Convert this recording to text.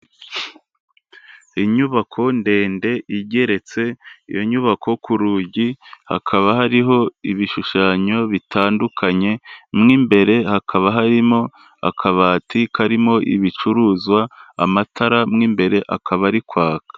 Inyubako ndende igeretse, iyo nyubako ku rugi hakaba hariho ibishushanyo bitandukanye, mo imbere hakaba harimo akabati karimo ibicuruzwa, amatara mo imbere akaba ari kwaka.